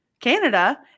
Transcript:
Canada